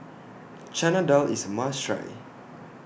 Chana Dal IS A must Try